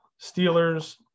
Steelers